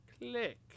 click